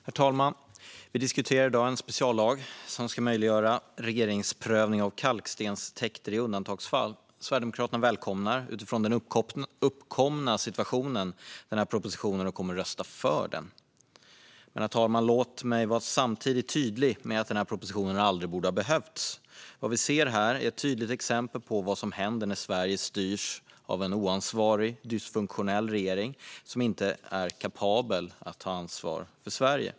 Herr talman! Vi diskuterar i dag en speciallag som ska möjliggöra regeringsprövning av kalkstenstäkter i undantagsfall. Sverigedemokraterna välkomnar utifrån den uppkomna situationen propositionen och kommer att rösta för den. Men, herr talman, låt mig samtidigt vara tydlig med att denna proposition inte borde ha behövts. Vad vi ser här är ett tydligt exempel på vad som händer när Sverige styrs av en oansvarig och dysfunktionell regering som inte är kapabel att ta ansvar för Sverige.